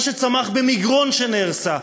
מה שצמח במגרון שנהרסה,